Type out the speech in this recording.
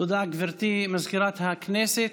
תודה, גברתי מזכירת הכנסת.